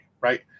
right